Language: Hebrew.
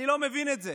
אני לא מבין את זה.